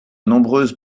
nombreuses